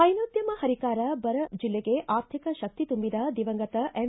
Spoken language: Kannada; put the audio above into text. ಹೈನೋದ್ಯಮದ ಹರಿಕಾರ ಬರ ಜಿಲ್ಲೆಗೆ ಆರ್ಥಿಕ ಶಕ್ತಿ ತುಂಬಿದ ದಿವಂಗತ ಎಂ